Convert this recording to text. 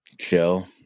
Chill